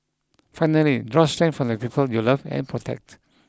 finally draw strength from the people you love and protect